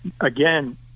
again